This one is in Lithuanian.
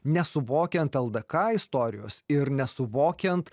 nesuvokiant ldk istorijos ir nesuvokiant